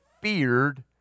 feared